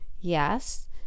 yes